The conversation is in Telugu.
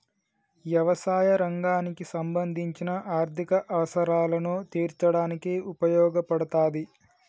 యవసాయ రంగానికి సంబంధించిన ఆర్ధిక అవసరాలను తీర్చడానికి ఉపయోగపడతాది